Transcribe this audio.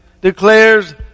declares